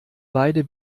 beide